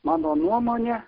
mano nuomone